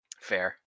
Fair